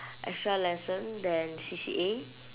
extra lesson than C_C_A